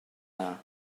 dda